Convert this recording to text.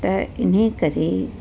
त इनकरे